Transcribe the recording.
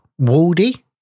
Waldy